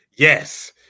Yes